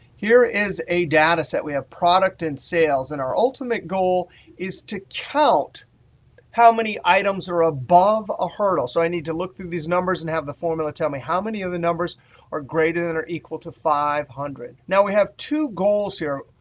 here is a data set. we have product and sales. and our ultimate goal is to count how many items are above a hurdle. so i need to look through these numbers and have the formula tell me how many of the numbers are greater than or equal to five hundred. now, we have two goals here.